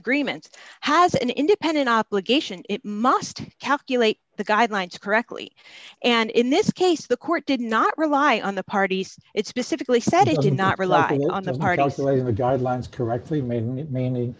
agreements has an independent obligation it must calculate the guidelines correctly and in this case the court did not rely on the parties it's specific lee said he did not rely on the